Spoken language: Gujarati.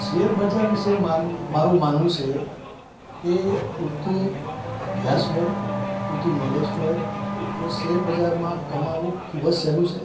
શૅરબજાર વિશે મારૂં મારૂં માનવું છે કે પૂરતું અભ્યાસ હોય પૂરતું નૉલેજ હોય તો શેરબજારમાં કમાવવું ખૂબ જ સહેલું છે